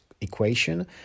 equation